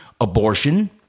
abortion